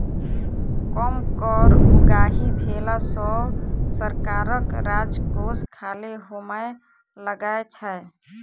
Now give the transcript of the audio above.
कम कर उगाही भेला सॅ सरकारक राजकोष खाली होमय लगै छै